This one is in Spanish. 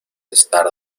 estar